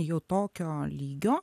jau tokio lygio